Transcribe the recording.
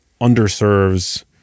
underserves